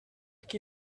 qui